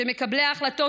שמקבלי ההחלטות,